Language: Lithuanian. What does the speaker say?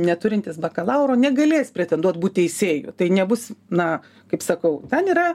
neturintis bakalauro negalės pretenduot būt teisėju tai nebus na kaip sakau ten yra